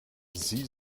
sie